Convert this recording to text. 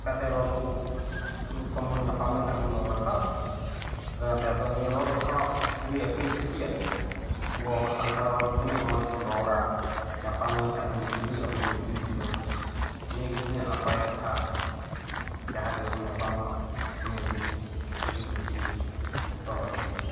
ᱪᱤᱠᱟᱹᱛᱮ ᱨᱚᱲ ᱠᱚ ᱢᱤᱫ ᱨᱚᱠᱚᱢ ᱵᱚᱱ ᱧᱟᱯᱟᱢ ᱞᱮᱱᱠᱷᱟᱱ ᱵᱚᱱ ᱨᱚᱲᱟ ᱛᱚ ᱟᱫᱚ ᱚᱱᱟᱛᱮ ᱱᱤᱭᱟᱹ ᱨᱚᱲ ᱫᱚ ᱦᱟᱸᱜ ᱟᱰᱤ ᱟᱸᱴ ᱜᱤᱧ ᱠᱩᱥᱤᱭᱟᱜ ᱜᱮᱭᱟ ᱟᱵᱚ ᱦᱚᱲ ᱥᱟᱱᱛᱟᱲ ᱦᱚᱲ ᱫᱚ ᱛᱤᱱᱟᱹᱜ ᱢᱚᱸᱡᱽ ᱵᱚᱱ ᱨᱚᱲᱟ ᱧᱟᱯᱟᱢ ᱞᱮᱱ ᱠᱷᱟᱱ ᱵᱚᱱ ᱠᱩᱞᱤᱜᱼᱟ ᱵᱚᱱ ᱵᱳᱜᱮᱹ ᱡᱩᱫᱟᱹ ᱱᱤᱭᱟᱹᱜᱮ ᱛᱤᱱᱟᱹᱜ ᱱᱟᱯᱟᱭ ᱠᱟᱛᱷᱟ ᱡᱟᱦᱟᱸ ᱨᱮᱜᱮ ᱵᱚᱱ ᱧᱟᱯᱟᱢᱚᱜ ᱱᱤᱭᱟᱹᱜᱮ ᱟᱰᱤ ᱠᱩᱥᱤ ᱡᱷᱚᱛᱚ ᱦᱚᱲ ᱜᱮ